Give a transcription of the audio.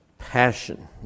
passion